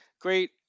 great